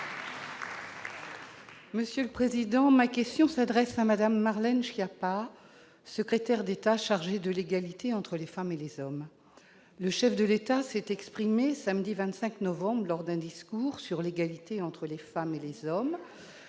Républicains. Ma question s'adresse à Mme Marlène Schiappa, secrétaire d'État chargée de l'égalité entre les femmes et les hommes. Le chef de l'État s'est exprimé samedi 25 novembre, lors d'un discours sur l'égalité entre les femmes et les hommes,